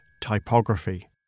typography